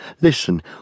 Listen